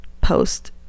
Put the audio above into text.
post